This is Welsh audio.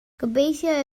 gobeithio